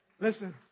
listen